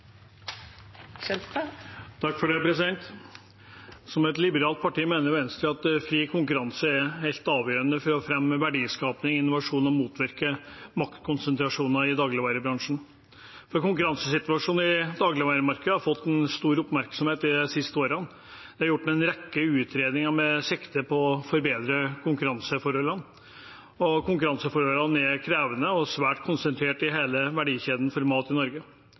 Som et liberalt parti mener Venstre at fri konkurranse er helt avgjørende for å fremme verdiskaping og innovasjon og motvirke maktkonsentrasjon i dagligvarebransjen. Konkurransesituasjonen i dagligvaremarkedet har fått stor oppmerksomhet de siste årene. Det er gjort en rekke utredninger med sikte på å forbedre konkurranseforholdene. Konkurranseforholdene er krevende og svært konsentrert i hele verdikjeden for mat i Norge.